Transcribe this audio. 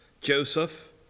Joseph